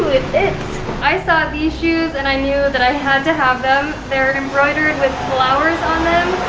i saw these shoes and i knew that i had to have them. they're embroidered with flowers on them.